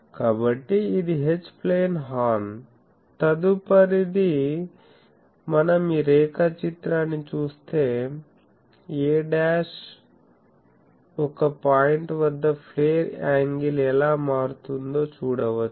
కాబట్టి ఇది H plane horn తదుపరిది మనం ఈ రేఖా చిత్రాన్ని చూస్తే a ఒక పాయింట్ వద్ద ప్లేర్ యాంగిల్ ఎలా మారుతుందో చూడవచ్చు